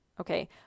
Okay